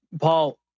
Paul